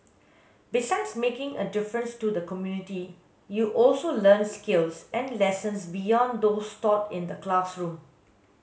besides making a difference to the community you also learn skills and lessons beyond those taught in the classroom